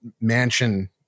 mansion